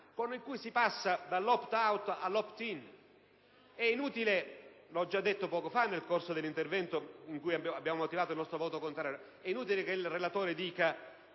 con il quale si passa dall'*opt-out* all'*opt-in.* Come ho già detto poco fa, nel corso dell'intervento con cui abbiamo motivato il nostro voto contrario: è inutile che il relatore